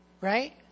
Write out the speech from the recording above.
right